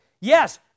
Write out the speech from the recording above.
Yes